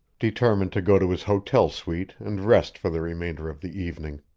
determined to go to his hotel suite and rest for the remainder of the evening.